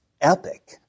epic